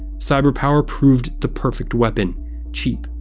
cyberpower proved the perfect weapon cheap,